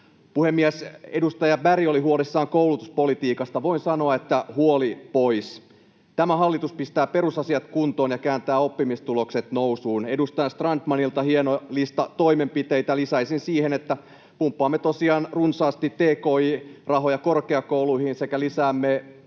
Puhemies! Edustaja Berg oli huolissaan koulutuspolitiikasta. Voin sanoa, että huoli pois. Tämä hallitus pistää perusasiat kuntoon ja kääntää oppimistulokset nousuun. Edustaja Strandmanilta hieno lista toimenpiteitä. Lisäisin siihen, että pumppaamme tosiaan runsaasti tki-rahoja korkeakouluihin sekä lisäämme